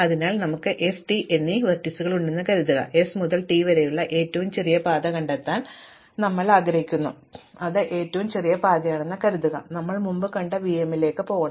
അതിനാൽ നമുക്ക് s t എന്നീ രണ്ട് ലംബങ്ങളുണ്ടെന്ന് കരുതുക s മുതൽ t വരെയുള്ള ഏറ്റവും ചെറിയ പാത കണ്ടെത്താൻ ഞങ്ങൾ ആഗ്രഹിക്കുന്നു അതാണ് ഏറ്റവും ചെറിയ പാതയെന്ന് കരുതുക അത് ഞാൻ മുമ്പ് കണ്ട v m ലേക്ക് പോകണം